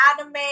anime